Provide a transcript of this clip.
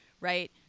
right